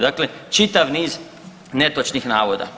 Dakle, čitav niz netočnih navoda.